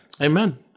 Amen